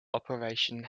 operation